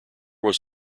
was